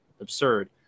absurd